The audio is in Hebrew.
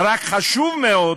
"רק חשוב מאוד",